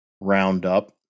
roundup